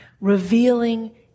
Revealing